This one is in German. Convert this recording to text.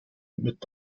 mit